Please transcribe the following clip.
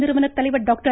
நிறுவனர் தலைவர் டாக்டர்